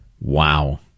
Wow